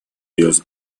без